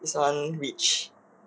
this [one] rich